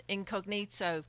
Incognito